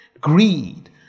Greed